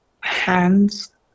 hands